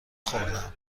خوردم